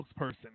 spokesperson